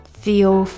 feel